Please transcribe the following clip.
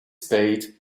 spade